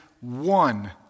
one